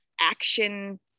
action